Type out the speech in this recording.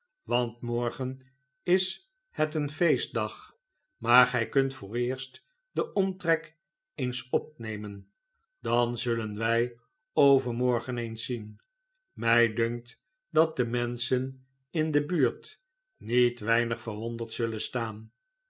want morgen is het een feestdag maar gy kunt vooreerst den omtrek eens opnemen dan zullen wij overmorgen eens zien mij dunkt dat de menschen in de buurt niet weinig verwonderd zullen staan